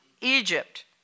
Egypt